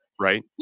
right